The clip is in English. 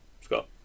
Scott